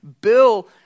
Bill